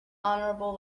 honorable